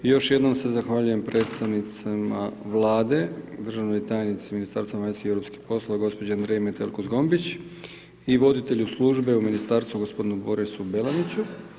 I još jednom se zahvaljujem predstavnicama Vlade, državnoj tajnici Ministarstva vanjskih i europskih poslova, gospođi Andreji Metelko-Zgombić, i voditelju Službe u Ministarstvu, gospodinu Borisu Belaniću.